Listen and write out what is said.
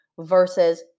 versus